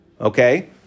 Okay